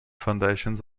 foundations